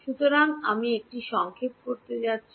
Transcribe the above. সুতরাং আমি একটি সংক্ষেপ করতে যাচ্ছি